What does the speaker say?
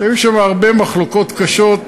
שהיו שם הרבה מחלוקות קשות,